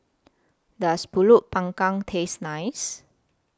Does Pulut Panggang Taste nice